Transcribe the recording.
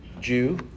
Jew